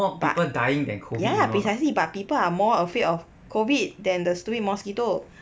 but ya lah precisely but people are more afraid of COVID than the stupid mosquito